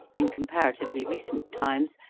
in comparatively recent times,